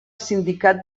sindicat